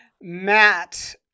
Matt